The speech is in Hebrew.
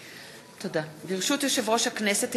ברשות יושב-ראש הכנסת,